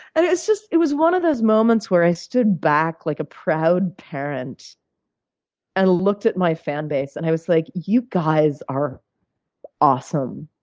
and it just it was one of those moments where i stood back like a proud parent and looked at my fan base, and i was, like, you guys are awesome.